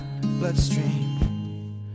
bloodstream